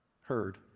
heard